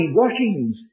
washings